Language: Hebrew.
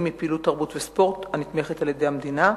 מפעילות תרבות וספורט הנתמכת על-ידי המדינה.